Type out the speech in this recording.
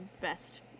best